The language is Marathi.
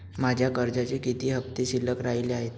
माझ्या कर्जाचे किती हफ्ते शिल्लक राहिले आहेत?